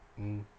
mm